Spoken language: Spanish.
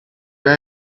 era